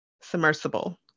submersible